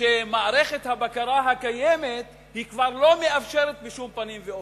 שמערכת הבקרה הקיימת היא כבר לא מאפשרת בשום פנים ואופן.